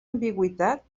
ambigüitat